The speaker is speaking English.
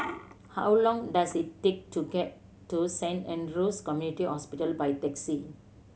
how long does it take to get to Saint Andrew's Community Hospital by taxi